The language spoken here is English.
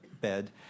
bed